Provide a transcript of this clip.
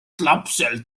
lapsel